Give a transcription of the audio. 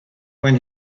when